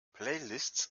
playlists